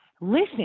listen